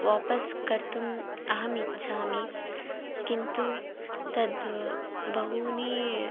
वापस् कर्तुम् अहम् इच्छामि किन्तु तद् बहु